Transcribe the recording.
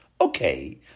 Okay